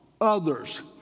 others